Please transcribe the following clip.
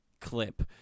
clip